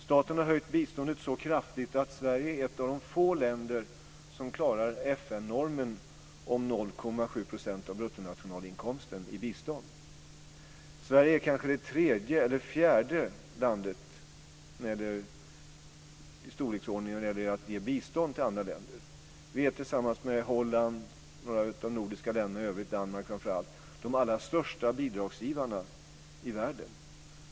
Staten har höjt biståndet så kraftigt att Sverige är ett av de få länder som klarar FN-normen om 0,7 % av bruttonationalinkomsten i bistånd. Sverige är det tredje eller fjärde landet i storleksordning när det gäller att ge bistånd till andra länder. Vi är tillsammans med Holland och några av de övriga nordiska länderna, framför allt Danmark, de allra största bidragsgivarna i världen.